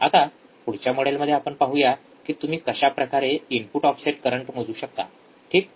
आता पुढच्या मॉड्यूलमध्ये आपण पाहूया की तुम्ही कशा प्रकारे इनपुट ऑफसेट करंट मोजू शकता ठीक